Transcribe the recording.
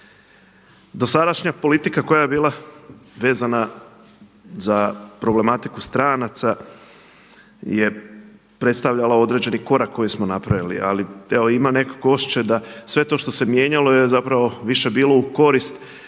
Dosadašnja politika koja je bila vezana za problematiku stranaca je predstavljala određeni korak koji smo napravili. Ali evo ima netko tko hoće da sve to što se mijenjalo je zapravo više bilo u korist